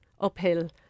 uphill